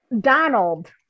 Donald